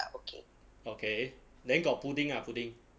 okay then got pudding ah pudding